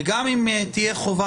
וגם אם תהיה חובה,